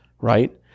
right